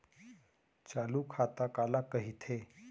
चालू खाता काला कहिथे?